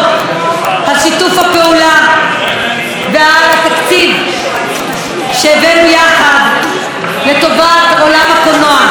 על שיתוף הפעולה ועל התקציב שהבאנו יחד לטובת עולם הקולנוע,